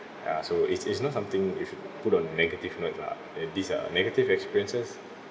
ya so it's it's not something you should put on negative note ah uh these uh negative experiences